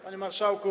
Panie Marszałku!